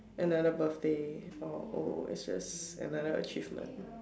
another birthday or oh it's just another achievement